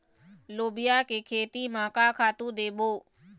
लोबिया के खेती म का खातू देबो?